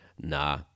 Nah